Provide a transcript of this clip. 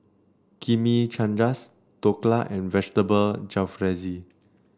Chimichangas Dhokla and Vegetable Jalfrezi